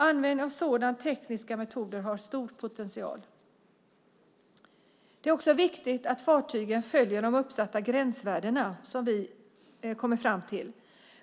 Användningen av sådana tekniska metoder har stor potential. Det är också viktigt att fartygen följer de uppsatta gränsvärden som vi kommer fram till.